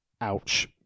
Ouch